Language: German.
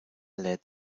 lädt